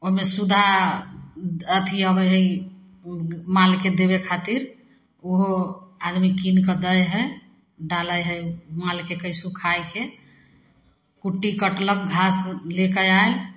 ओहिमे सुधा अथी अबै हइ मालके देबे खातिर ओहो आदमी कीन कऽ दै हइ डालै हइ मालके सुखायके कुट्टी कटलक घास लेके आयल